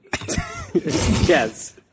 Yes